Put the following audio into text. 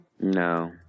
No